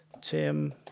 Tim